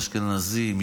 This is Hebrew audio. אשכנזים,